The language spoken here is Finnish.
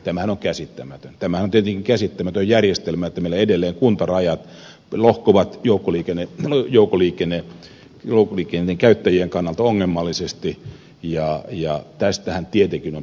tämähän on tietenkin käsittämätön järjestelmä että meillä edelleen kuntarajat lohkovat alueita joukkoliikenteen käyttäjien kannalta ongelmallisesti ja tästähän tietenkin on päästävä eroon